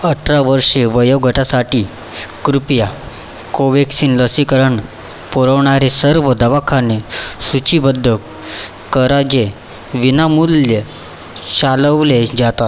अठरा वर्षे वयोगटासाठी कृपया कोव्हॅक्सिन लसीकरण पुरवणारे सर्व दवाखाने सूचीबद्ध करा जे विनामूल्य चालवले जातात